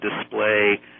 display